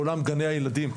מעולם גני הילדים,